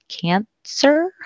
Cancer